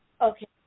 Okay